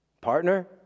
Partner